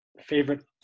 favorite